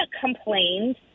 complained